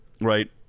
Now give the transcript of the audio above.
right